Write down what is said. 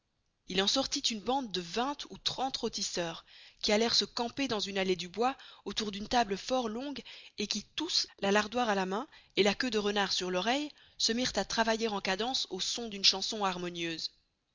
il en sortit une bande de vingt ou trente rotisseurs qui allerent se camper dans une allée du bois autour d'une table fort longue et qui tous la lardoire à la main et la queuë de renard sur l'oreille se mirent à travailler en cadence au son d'une chanson harmonieuse